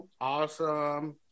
Awesome